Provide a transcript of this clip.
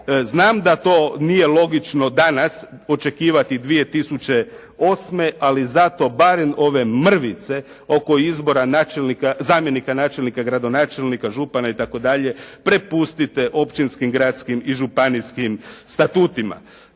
Znam da to nije logično danas očekivati 2008. ali zato barem ove mrvice oko izbora načelnika, zamjenika načelnika i gradonačelnika, župana itd. prepustite općinskim, gradskim i županijskim statutima.